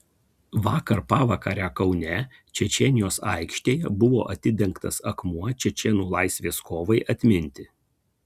vakar pavakare kaune čečėnijos aikštėje buvo atidengtas akmuo čečėnų laisvės kovai atminti